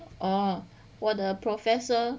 哦我的 professor